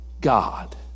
God